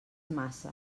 massa